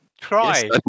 try